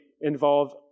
involve